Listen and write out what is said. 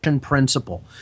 principle